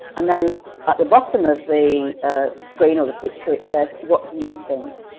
and then at the bottom of the ah screen or the picture it says what do you think?